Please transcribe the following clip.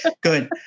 good